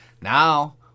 Now